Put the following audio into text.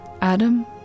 Adam